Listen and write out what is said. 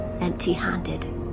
empty-handed